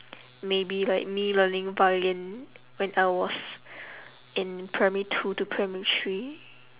maybe like me learning violin when I was in primary two to primary three